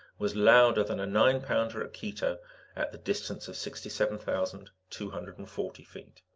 was louder than a nine-pounder at quito at the distance of sixty seven thousand two hundred and forty feet.